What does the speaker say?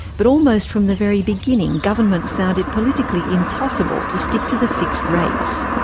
but almost from the very beginning, governments found it politically impossible to stick to the fixed rates.